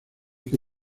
que